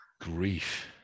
grief